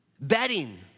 betting